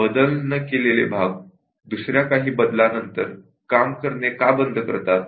बदल न केलेले भाग दुसऱ्या काही बदलानंतर काम करणे बंद का करतात